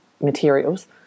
materials